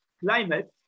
climate